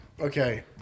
Okay